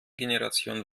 generation